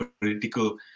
political